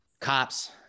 cops